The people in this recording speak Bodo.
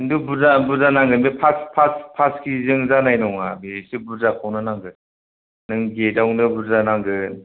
किन्थु बुरजा बुरजा नांगोन बे पास खेजिजों जानाय नङा बे एसे बुरजाखौनो नांगोन नों गेटआवनो बुरजा नांगोन